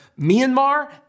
Myanmar